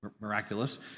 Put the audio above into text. miraculous